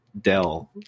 Dell